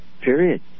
period